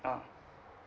ah